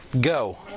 Go